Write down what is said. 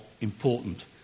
important